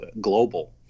global